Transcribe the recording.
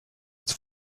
its